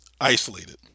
isolated